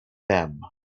them